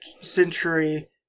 century